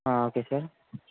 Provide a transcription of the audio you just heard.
okay sir